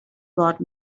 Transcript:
brought